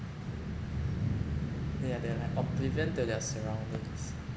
yeah they are like oblivion to their surroundings